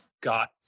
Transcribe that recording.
got